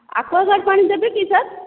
ଆକ୍ଵାଗାର୍ଡ୍ ପାଣି ଦେବି କି ସାର୍